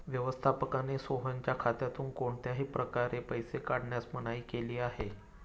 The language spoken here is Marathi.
व्यवस्थापकाने सोहनच्या खात्यातून कोणत्याही प्रकारे पैसे काढण्यास मनाई केली आहे